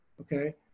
okay